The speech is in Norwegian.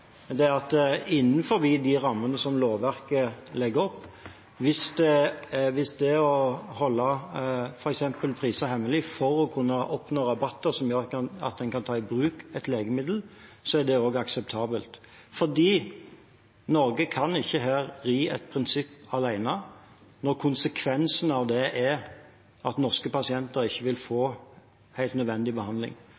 det skjer innenfor de rammene som lovverket legger opp, så er det akseptabelt. Norge kan ikke her ri et prinsipp alene når konsekvensen av det er at norske pasienter ikke vil få